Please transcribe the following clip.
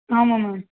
ஆமாம் மேம்